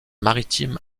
maritime